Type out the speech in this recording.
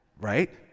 Right